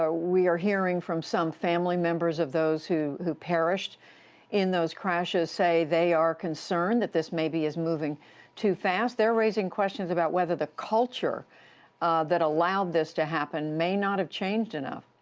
we are hearing from some family members of those who who perished in those crashes say they are concerned that this maybe is moving too fast. they're raising questions about whether the culture that allowed this to happen may not have changed enough.